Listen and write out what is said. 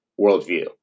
worldview